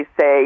say